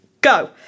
go